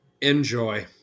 Enjoy